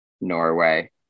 Norway